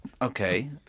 Okay